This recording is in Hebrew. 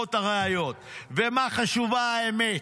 חשובות הראיות ומה חשובה האמת?